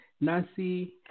Nancy